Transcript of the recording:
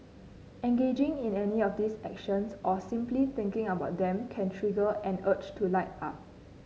engaging in any of these actions or simply thinking about them can trigger an urge to light up